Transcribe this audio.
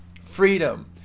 freedom